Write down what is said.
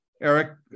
Eric